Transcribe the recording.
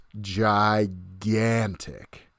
gigantic